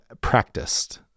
practiced